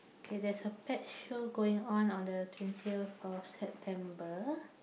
okay there's a pet show going on the twentieth of September